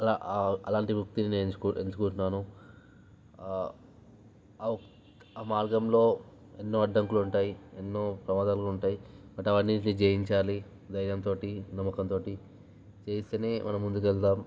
అలా అలాంటి వృత్తిని నేను ఎంచు ఎంచుకుంటున్నాను ఆ ఒక ఆ మార్గంలో ఎన్నో అడ్డంకులుంటాయి ఎన్నో ప్రమాదాలు కూడా ఉంటాయి బట్ అవి అన్నింటిని జయించాలి ధైర్యం తోటి నమ్మకం తోటి జయిస్తేనే మనం ముందుకెళ్తాం